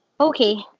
Okay